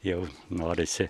jau norisi